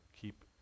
keep